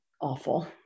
awful